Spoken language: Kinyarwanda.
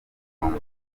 kuvoma